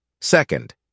Second